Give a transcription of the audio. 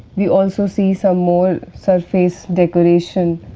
we also see some more surface decoration.